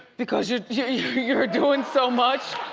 because you're you're doin' so much?